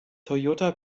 toyota